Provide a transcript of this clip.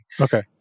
okay